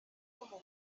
como